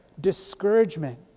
discouragement